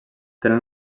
tenen